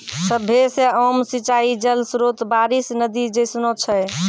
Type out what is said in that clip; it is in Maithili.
सभ्भे से आम सिंचाई जल स्त्रोत बारिश, नदी जैसनो छै